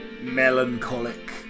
Melancholic